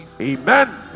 Amen